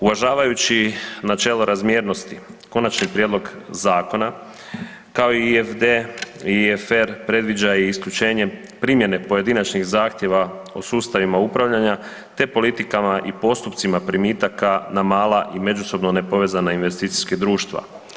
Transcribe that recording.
Uvažavajući načelo razmjernosti, Konačni prijedlog zakona, kao i IFD i IFR predviđa i isključene primjene pojedinačnih zahtjeva o sustavima upravljanja te politikama i postupcima primitaka na mala i međusobno nepovezana investicijska društva.